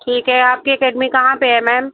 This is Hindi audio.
ठीक है आपकी एकैडमी कहाँ पर है मैम